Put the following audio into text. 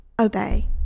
obey